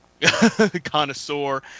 connoisseur